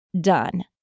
done